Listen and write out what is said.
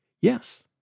Yes